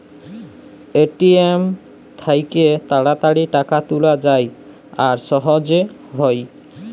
ATM থ্যাইকে তাড়াতাড়ি টাকা তুলা যায় আর সহজে হ্যয়